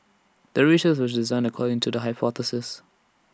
the research was designed according to the hypothesis